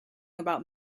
about